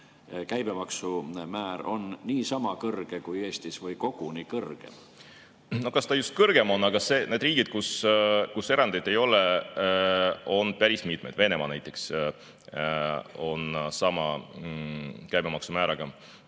käibemaksu määr on niisama kõrge kui Eestis või koguni kõrgem? Kas just kõrgem, aga neid riike, kus erandeid ei ole, on päris mitmeid. Näiteks Venemaa on sama käibemaksumääraga.